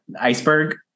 iceberg